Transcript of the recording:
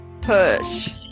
Push